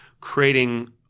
creating